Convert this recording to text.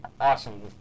awesome